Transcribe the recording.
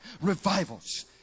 revivals